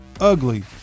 ugly